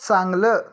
चांगलं